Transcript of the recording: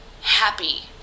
happy